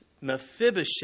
Mephibosheth